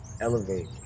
elevate